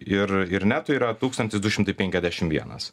ir ir neto yra tūkstantis du šimtai penkiasdešimt vienas